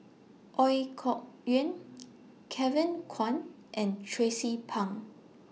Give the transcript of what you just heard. Ooi Kok Chuen Kevin Kwan and Tracie Pang